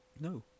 No